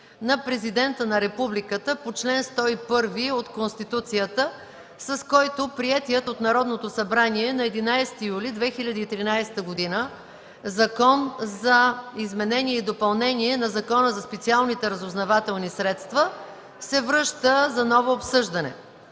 на Президента на Републиката по чл. 101 от Конституцията, с който приетият от Народното събрание на 11 юли 2013 г. Закон за изменение и допълнение на Закона за специалните разузнавателни средства се връща за ново обсъждане.